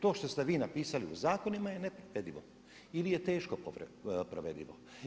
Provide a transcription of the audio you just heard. To što ste vi napisali u zakonima je nepovredivo ili je teško provedivo.